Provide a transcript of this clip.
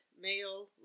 male